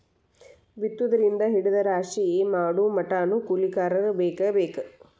ಬಿತ್ತುದರಿಂದ ಹಿಡದ ರಾಶಿ ಮಾಡುಮಟಾನು ಕೂಲಿಕಾರರ ಬೇಕ ಬೇಕ